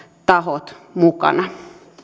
tahot mukana